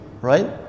Right